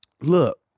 Look